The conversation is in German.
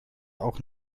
auch